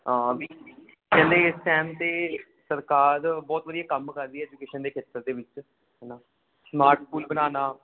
ਕਹਿੰਦੇ ਇਸ ਟਾਈਮ 'ਤੇ ਸਰਕਾਰ ਬਹੁਤ ਵਧੀਆ ਕੰਮ ਕਰ ਰਹੀ ਹੈ ਐਜੂਕੇਸ਼ਨ ਦੇ ਖੇਤਰ ਦੇ ਵਿੱਚ ਹੈ ਨਾ ਸਮਾਰਟ ਸਕੂਲ ਬਣਾਉਣਾ